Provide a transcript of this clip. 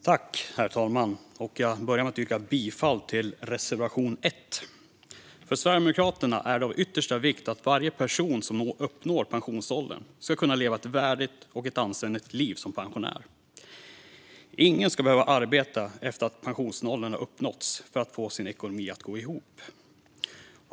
Herr talman! Jag börjar med att yrka bifall till reservation 1. För Sverigedemokraterna är det av yttersta vikt att varje person som uppnår pensionsåldern ska kunna leva ett värdigt och anständigt liv som pensionär. Ingen ska behöva arbeta efter att pensionsåldern uppnåtts för att få sin ekonomi att gå ihop.